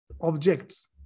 objects